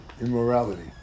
immorality